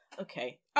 Okay